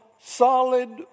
solid